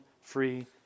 free